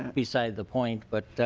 besides the point but